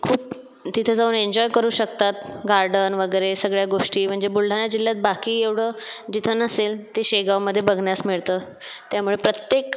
खूप तिथं जाऊन एन्जॉय करू शकतात गार्डन वगैरे सगळ्या गोष्टी म्हणजे बुलढाणा जिल्ह्यात बाकी एवढं जिथं नसेल ते शेगावमधे बघण्यास मिळतं त्यामुळे प्रत्येक